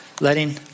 letting